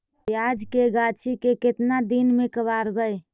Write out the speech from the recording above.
प्याज के गाछि के केतना दिन में कबाड़बै?